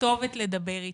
כתובת לדבר איתה,